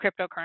cryptocurrency